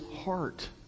heart